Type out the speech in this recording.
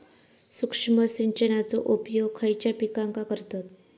सूक्ष्म सिंचनाचो उपयोग खयच्या पिकांका करतत?